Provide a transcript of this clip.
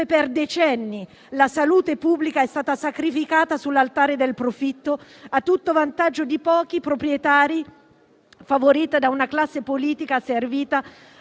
per decenni la salute pubblica è stata sacrificata sull'altare del profitto, a tutto vantaggio di pochi proprietari, favoriti da una classe politica asservita al